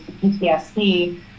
PTSD